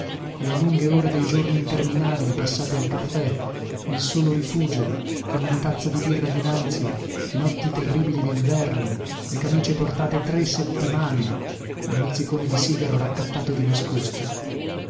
e le lunghe ore dei giorni interminabili ingannate al caffè il solo rifugio con una tazza di birra dinanzi le notti terribili dinverno le camicie portate tre settimane il mozzicone di sigaro raccattato di nascosto